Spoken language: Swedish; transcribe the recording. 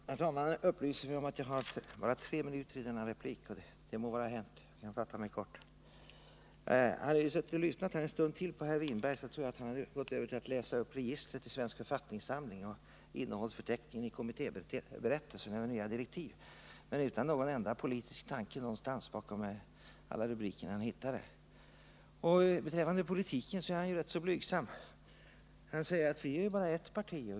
Herr talman! Herr talmannen upplyser mig om att jag har bara tre minuter till förfogande för denna replik. Det må vara hänt — jag kan fatta mig kort. Om herr Winberg hade fortsatt tala ännu en stund tror jag han hade gått över till att läsa upp registret i Svensk författningssamling och innehållsförteckningen över nya direktiv i kommittéberättelsen, utan att redovisa någon enda politisk tanke någonstans bakom alla rubriker han hittade. Beträffande politiken är han ju rätt blygsam. Han säger: Vi är bara ett parti.